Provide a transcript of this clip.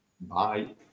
Bye